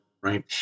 right